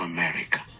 America